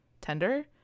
tender